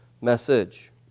message